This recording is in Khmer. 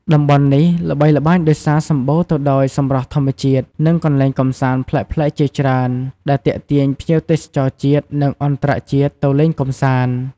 តំបន់នេះល្បីល្បាញដោយសារសម្បូរទៅដោយសម្រស់ធម្មជាតិ និងកន្លែងកម្សាន្តប្លែកៗជាច្រើន ដែលទាក់ទាញភ្ញៀវទេសចរជាតិ និងអន្តរជាតិទៅលេងកម្សាន្ត។